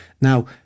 Now